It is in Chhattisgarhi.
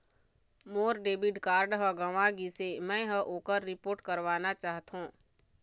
मोर डेबिट कार्ड ह गंवा गिसे, मै ह ओकर रिपोर्ट करवाना चाहथों